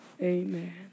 amen